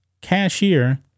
cashier